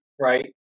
right